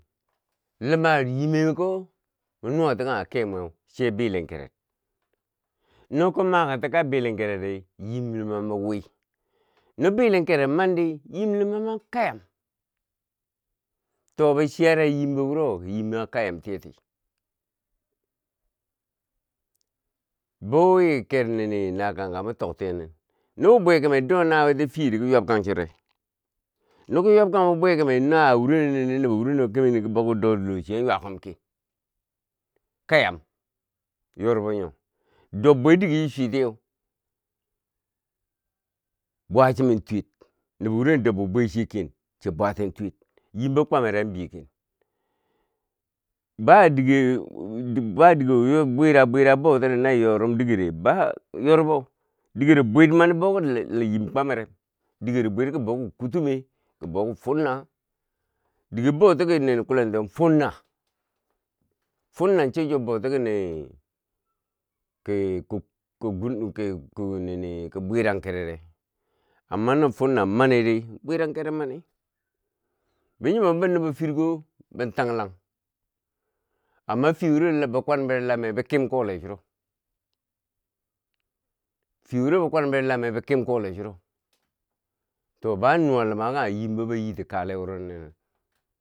Luma yimeko kon nuwati kanghe ke mweu sai bilen keret nokom makanti kabilen keret di, yim lumam bo wi no belenkare man di yim lumambo ka yam to bi chiyare yim bo muro jin bo a kayan tijeti, bou wi ker nakan karo mitok tiye nin, no bibwe do naweyeti fiye riko ywabkan chore, no kon yaubkan bibwe kume nawe ye murono nindi nobo wiren do keneu kom bou kon doti lochiye an ywa kom ken kayam yorbo nyo dob bwe di ge chi chwetiyen bwa chinen tuwet, nobo wure no a dob be bwe chiye ken chiya bwa ten tuwet, yinbo kwamereu an begen badige bwira bwira bou tiri na yorum digere, ba yorbo digero bwit mani bou ki la yim Kwame rem, dikero bwit ki bou ki kutume ki bon ki fwen na dige boutiki nin kwelento fwenna fwenna cho cho bouti ki nini ki bwe ram kerene amma no fwenna maniri bweran keret mani bin nyumom. Bi nobo firko, bin tanglang amma fiye wuro labi kwan bero lameu bi kem kole churo fiye wuro be kwan bero lameu bekim kole churo, to ba nuwa luma kanghe yim bo ba yiti kaleworonine.